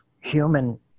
human